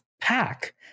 pack